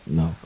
no